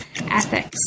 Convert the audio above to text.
ethics